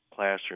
classroom